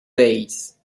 base